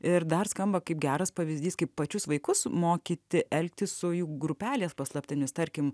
ir dar skamba kaip geras pavyzdys kaip pačius vaikus mokyti elgtis su jų grupelės paslaptimis tarkim